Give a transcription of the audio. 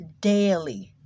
daily